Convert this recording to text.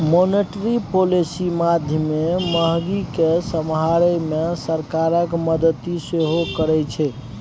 monetary policy माध्यमे महगी केँ समहारै मे सरकारक मदति सेहो करै छै